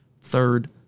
Third